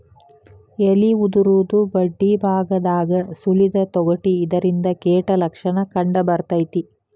ಎಲಿ ಉದುರುದು ಬಡ್ಡಿಬಾಗದಾಗ ಸುಲಿದ ತೊಗಟಿ ಇದರಿಂದ ಕೇಟ ಲಕ್ಷಣ ಕಂಡಬರ್ತೈತಿ